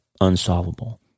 unsolvable